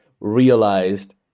realized